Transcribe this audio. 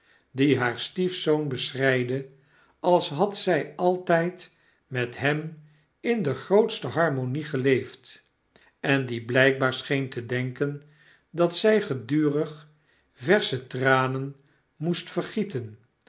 die haar stiefzoon beschreide als had zg altijdmethem in de grootste harmonie geleefd en die blijkbaar scheen te denken dat zg gedurig versche tranen moest vergieten